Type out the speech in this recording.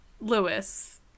lewis